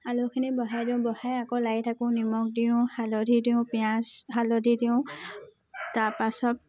আলুখিনি বহাই দিওঁ বহাই আকৌ লাৰি থাকোঁ নিমখ দিওঁ হালধি দিওঁ পিঁয়াজ হালধি দিওঁ তাৰপাছত